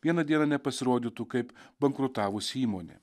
vieną dieną nepasirodytų kaip bankrutavusi įmonė